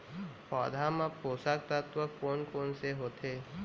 पौधे मा पोसक तत्व कोन कोन से होथे?